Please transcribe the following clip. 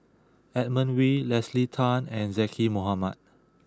Edmund Wee Leslie Tay and Zaqy Mohamad